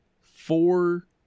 four